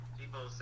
people